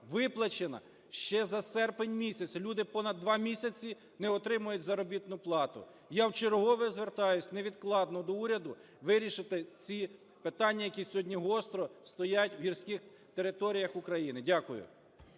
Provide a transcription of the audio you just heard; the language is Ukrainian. виплачена ще за серпень місяць. Люди понад 2 місяці не отримають заробітну плату. Я вчергове звертаюся невідкладно до уряду, вирішити ці питання, які сьогодні гостро стоять в гірських територіях України. Дякую.